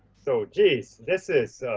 so, jeez, this is,